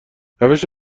روش